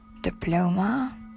diploma